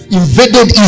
invaded